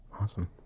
awesome